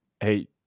Hey